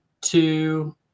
two